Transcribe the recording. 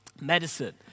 Medicine